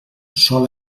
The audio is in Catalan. sol